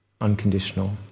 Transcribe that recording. unconditional